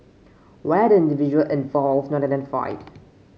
why are the individual involved not identified